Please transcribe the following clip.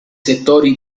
settori